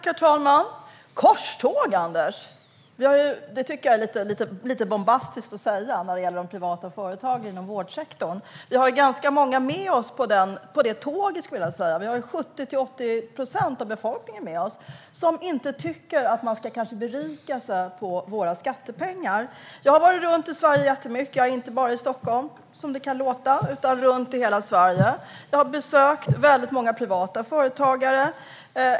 Herr talman! Det är lite bombastiskt att tala om korståg när det gäller de privata företagen inom vårdsektorn, Anders. Men vi har ganska många med oss på tåget. 70-80 procent av befolkningen tycker inte att man ska berika sig på våra skattepengar. Jag har varit runt i Sverige jättemycket, inte bara i Stockholm, som det kan låta, utan i hela Sverige. Jag har besökt väldigt många privata företagare.